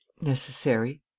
necessary